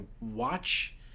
watch